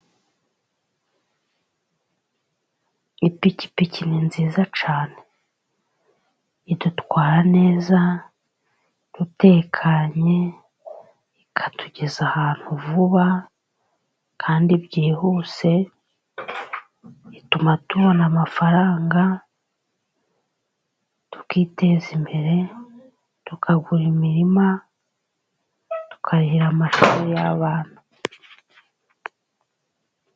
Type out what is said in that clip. Ipikipiki ni nziza cyane. Idutwara neza, dutekanye, ikatugeza ahantu vuba kandi byihuse. Ituma tubona amafaranga, tukiteza imbere, tukagura imirima, tukariha amashuri y'abana.